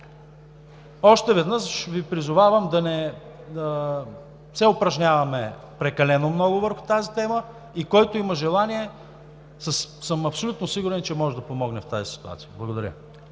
Още веднъж Ви призовавам да не се упражняваме прекалено много върху тази тема и, който има желание, съм абсолютно сигурен, че може да помогне в тази ситуация. Благодаря.